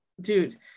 Dude